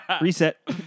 Reset